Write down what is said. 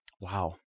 Wow